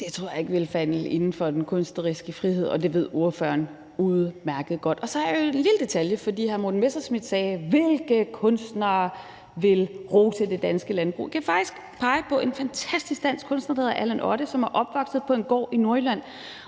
Det tror jeg ikke ville falde inden for den kunstneriske frihed, og det ved ordføreren udmærket godt. Og så er der lige en lille detalje, for hr. Morten Messerschmidt spurgte: Hvilke kunstnere ville rose det danske landbrug? Jeg kan faktisk pege på en fantastisk dansk kunstner, der hedder Allan Otte, som er opvokset på en gård i Nordjylland,